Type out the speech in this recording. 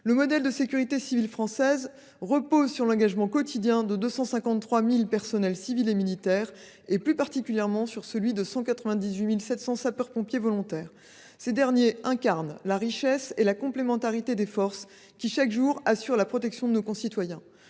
Le modèle français de sécurité civile repose sur l’engagement quotidien de 253 000 sapeurs pompiers, civils et militaires, en particulier sur celui de 198 700 sapeurs pompiers volontaires. Ces derniers incarnent la richesse et la complémentarité des forces qui, chaque jour, assurent la protection de nos concitoyens.